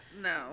no